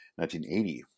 1980